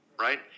right